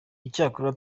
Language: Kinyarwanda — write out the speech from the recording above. icyakora